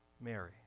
Mary